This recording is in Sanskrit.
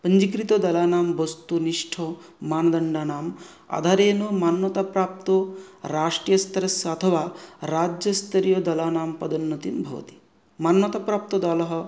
पञ्जीकृतदलानां वस्तुनिष्ठमानदण्डनम् अधरेन मानता प्राप्तौ राष्ट्रस्तरस्य अथवा राज्यस्तरस्य दलानां पदोन्नति भवति मान्यता प्राप्तौ दलः